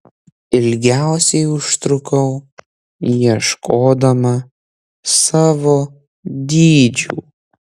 ilgiausiai užtrukau ieškodama savo dydžių